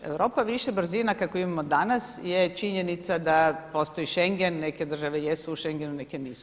Europa više brzina kakvu imamo danas je činjenica da postoji Schengen, neke države jesu u Schengenu, neke nisu.